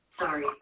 Sorry